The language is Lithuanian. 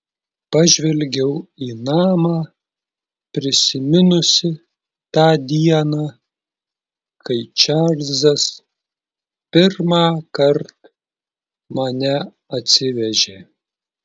pažvelgiau į namą prisiminusi tą dieną kai čarlzas pirmąkart mane atsivežė